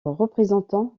représentant